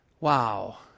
Wow